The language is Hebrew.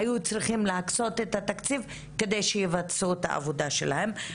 היו צריכים להקצות את התקציב כדי שיבצעו את העבודה שלהם.